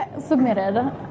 submitted